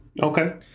Okay